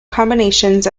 combinations